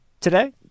today